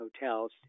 hotels